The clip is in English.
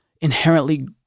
inherently